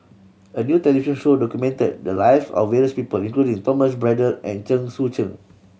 a new show documented the live of various people including Thomas Braddell and Chen Sucheng